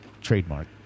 Trademark